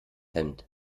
hemd